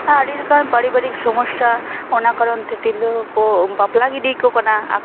ᱟᱨ ᱟᱹᱰᱤ ᱞᱮᱠᱟᱱ ᱯᱟᱨᱤᱵᱟᱨᱤᱠ ᱥᱳᱢᱚᱥᱟ ᱚᱱᱟ ᱠᱟᱨᱚᱱ ᱛᱮ ᱛᱤᱨᱞᱟᱹ ᱠᱚ ᱵᱟᱯᱞᱟ ᱜᱤᱰᱤ ᱠᱟᱠᱚ ᱠᱟᱱᱟ